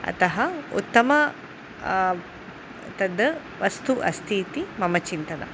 अतः उत्तमं तद् वस्तुः अस्ति इति मम चिन्तनम्